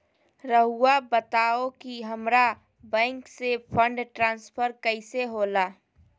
राउआ बताओ कि हामारा बैंक से फंड ट्रांसफर कैसे होला?